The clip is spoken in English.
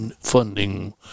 funding